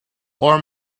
our